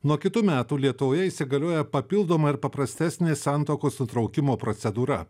nuo kitų metų lietuvoje įsigalioja papildoma ir paprastesnė santuokos nutraukimo procedūra